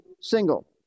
single